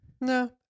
No